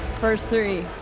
first three.